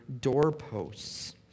doorposts